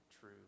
true